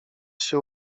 się